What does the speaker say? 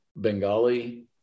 Bengali